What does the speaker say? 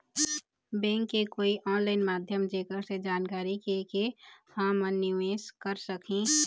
Bank के कोई online माध्यम जेकर से जानकारी के के हमन निवेस कर सकही?